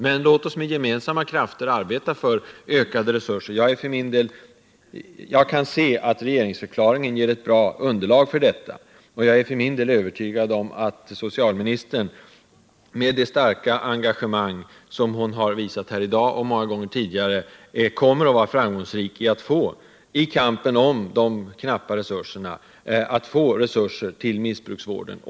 Men låt oss nu med gemensamma krafter arbeta för ökade resurser! Regeringsförklaringen ger bra underlag för detta, och jag är för min del övertygad om att socialministern, med det starka engagemang som hon har visat här i dag och många gånger tidigare, kommer att vara framgångsrik i kampen om de knappa resurserna, för att få pengar till missbruksvården.